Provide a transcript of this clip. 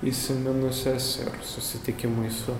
įsiminusias ir susitikimui su